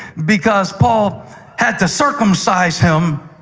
because paul had to circumcise him